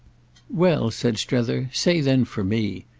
well, said strether, say then for me.